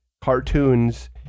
cartoons